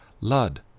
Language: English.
Lud